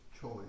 choice